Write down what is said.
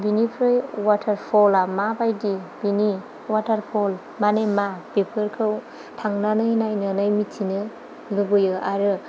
बेनिख्रुइ वाटार फला माबायदि बेनि वाटार फल माने मा बेफोरखौ थांनानै नायनानै मिथिनो लुबैयो आरो